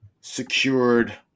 secured